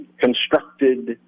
constructed